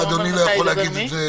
כי הוא אומר משהו שלא מוצא חן בעיניך?